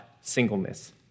Singleness